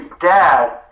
dad